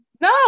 No